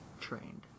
trained